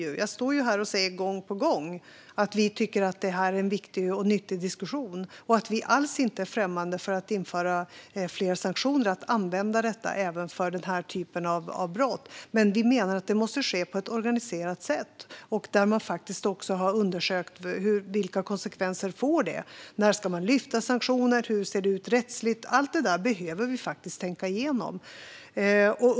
Jag står ju här och säger gång på gång att vi tycker att det här är en viktig och nyttig diskussion och att vi alls inte är främmande för att införa fler sanktioner och använda detta även för den här typen av brott. Men vi menar att det måste ske på ett organiserat sätt där man faktiskt också har undersökt vilka konsekvenser det får. När ska man lyfta sanktioner, och hur ser det ut rättsligt? Allt det där behöver vi faktiskt tänka igenom.